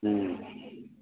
हुँ